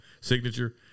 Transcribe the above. signature